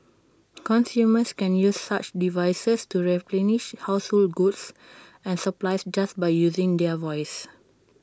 consumers can use such devices to replenish household goods and supplies just by using their voice